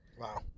Wow